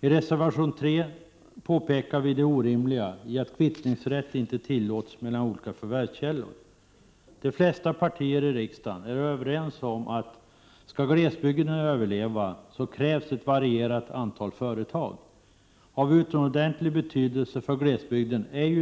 I reservation nr 3 påpekar vi det orimliga i att kvittning inte tillåts mellan olika förvärvskällor. De flesta partier i riksdagen är överens om att om glesbygden skall överleva så krävs ett varierat antal företag.